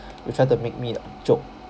you try to make me a joke